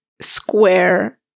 square